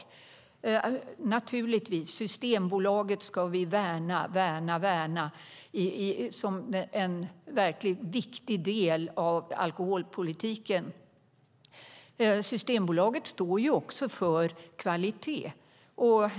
Systembolaget ska vi naturligtvis värna, värna, värna som en verkligt viktig del av alkoholpolitiken. Systembolaget står för kvalitet.